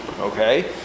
Okay